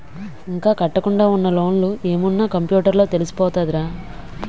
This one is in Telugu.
ఇంకా కట్టకుండా ఉన్న లోన్లు ఏమున్న కంప్యూటర్ లో తెలిసిపోతదిరా